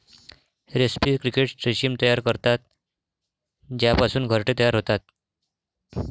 रेस्पी क्रिकेट रेशीम तयार करतात ज्यापासून घरटे तयार होतात